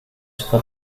suka